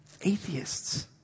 atheists